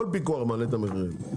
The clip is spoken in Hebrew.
כל פיקוח מעלה את המחירים.